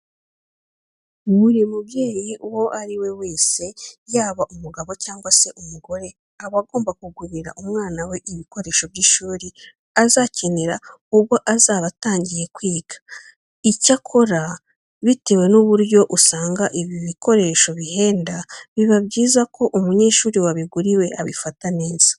Buri mubyeyi uwo ari we wese yaba umugabo cyangwa se umugore aba agomba kugurira umwana we ibikoresho by'ishuri azakenera ubwo azaba atangiye kwiga. Icyakora bitewe n'uburyo usanga ibi bikoresho bihenda, biba byiza ko umunyeshuri wabiguriwe abifata neza.